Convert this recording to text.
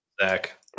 Zach